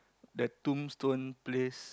the tombstone place